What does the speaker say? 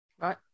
Right